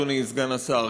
אדוני סגן השר.